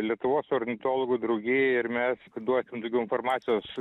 lietuvos ornitologų draugijai ir mes duosim daugiau informacijos